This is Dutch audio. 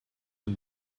een